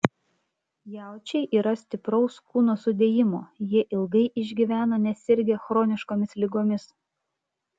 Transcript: jaučiai yra stipraus kūno sudėjimo jie ilgai išgyvena nesirgę chroniškomis ligomis